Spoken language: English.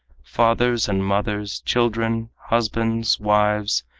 fathers and mothers, children, husbands, wives,